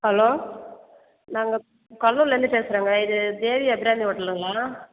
hello நாங்கள் கடலூர்லேருந்து பேசுறோங்க இது தேவி அபிராமி ஹோட்டலுங்களா